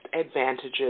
advantages